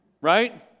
right